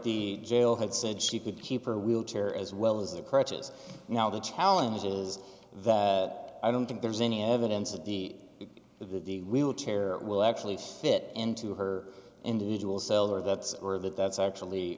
the jail had said she could keep her wheelchair as well as it approaches now the challenge is is that i don't think there's any evidence of the the wheelchair will actually fit into her individual cells or that's or that that's actually